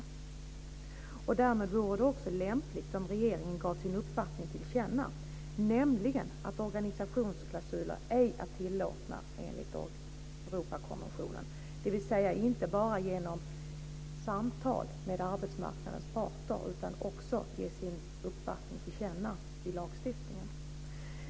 Därmed vore det också lämpligt om regeringen gav sin uppfattning till känna, nämligen att organisationsklausuler ej är tillåtna enligt Europakonventionen. Det bör inte bara ske genom samtal med arbetsmarknadens parter, utan regeringen bör också ge sin uppfattning till känna i lagstiftningen.